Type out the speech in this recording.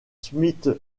smith